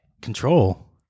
control